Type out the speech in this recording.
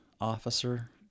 officer